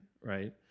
Right